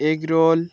egg roll